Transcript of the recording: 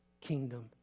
kingdom